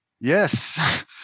Yes